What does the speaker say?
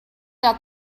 out